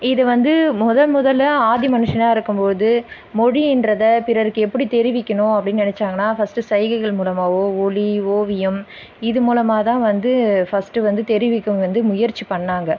இது வந்து முத முதல்ல ஆதி மனுஷனாக இருக்கும்போது மொழின்றதை பிறருக்கு எப்படி தெரிவிக்கணும் அப்படின்னு நினச்சாங்கன்னா ஃபர்ஸ்ட்டு செய்கைகள் மூலமாகவோ ஒலி ஓவியம் இது மூலமாக தான் வந்து ஃபர்ஸ்ட்டு வந்து தெரிவிக்க வந்து முயற்சி பண்ணாங்க